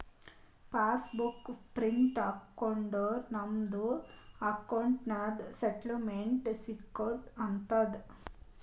pass book print ಹಾಕೊಂಡುರ್ ನಮ್ದು ಅಕೌಂಟ್ದು ಸ್ಟೇಟ್ಮೆಂಟ್ ಸಿಕ್ಕಂಗ್ ಆತುದ್